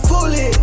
Fully